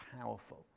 powerful